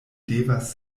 devas